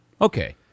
Okay